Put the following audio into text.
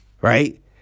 right